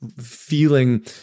feeling